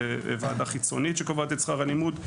זו ועדה חיצונית שקובעת את שכר הלימוד.